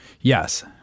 Yes